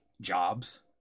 jobs